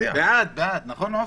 בעד, נכון עופר?